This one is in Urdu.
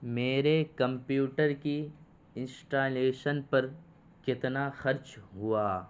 میرے کمپیوٹر کی انسٹالیشن پر کتنا خرچ ہوا